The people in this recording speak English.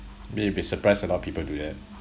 you'll be surprised a lot of people do that